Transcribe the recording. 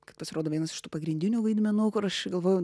kad pasirodo vienas iš tų pagrindinių vaidmenų kur aš galvojau